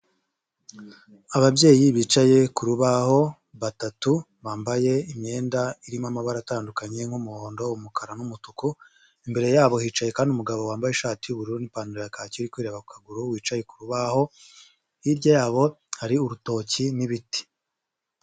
Ababyeyi bicaye ku rubaho, batatu, bambaye imyenda irimo amabara atandukanye nk'umuhondo, umukara, n'umutuku, imbere yabo hicaye kandi umugabo wambaye ishati y'ubururu n'ipantaro ya kaki uri kwireba kuka kaguru wicaye ku rubaho, hirya yabo hari urutoki n'ibiti.